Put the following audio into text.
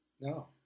No